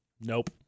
nope